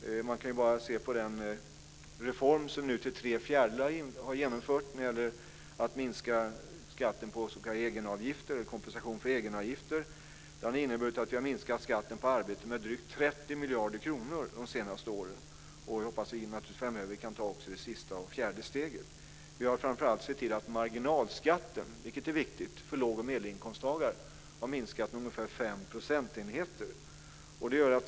Man kan ju bara se på den reform som nu till tre fjärdedelar har genomförts när det gäller att minska skatten på de s.k. egenavgifterna och kompensera för dem. Det har inneburit att vi har minskat skatten på arbete med drygt 30 miljarder kronor under de senaste åren. Vi hoppas naturligtvis att vi framöver också kan ta det sista och fjärde steget. Vi har framför allt sett till att marginalskatten har minskat med ungefär 5 procentenheter, vilket är viktigt för låg och medelinkomsttagare.